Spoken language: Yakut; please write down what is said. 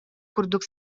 курдук